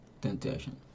temptation